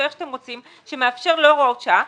לא הוראות שעה,